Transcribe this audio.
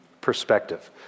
Perspective